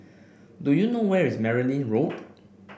do you know where is Merryn Road